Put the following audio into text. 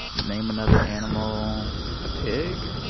name another animal a pig?